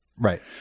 Right